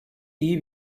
iyi